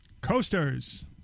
Coasters